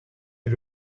est